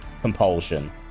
compulsion